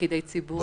כפקידי ציבור,